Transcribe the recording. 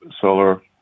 solar